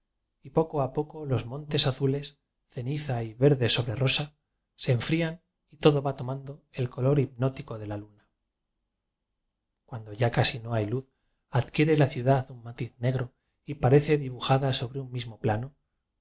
y poco a poco los montes azules ceniza y verde sobre rosa se enfrían y todo va tomando el color hipj nótico de la luna cuando ya casi no hay luz adquiere la ciudad un matiz negro y parece dibujada sobre un mismo plano